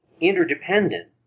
interdependent